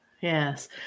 Yes